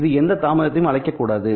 இது எந்த தாமதத்தையும் அழைக்கக்கூடாது